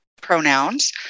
pronouns